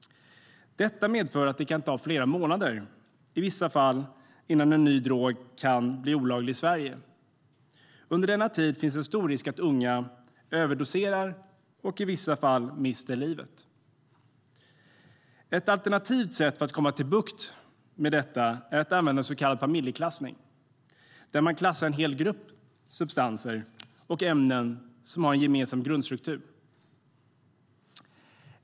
Detta medför att det i vissa fall kan ta flera månader innan en ny drog kan bli olaglig i Sverige. Under denna tid finns en stor risk att unga överdoserar och i värsta fall mister livet. Ett alternativt sätt att få bukt med detta är att använda så kallad familjeklassning, det vill säga att klassa en hel grupp substanser och ämnen som har en gemensam grundstruktur.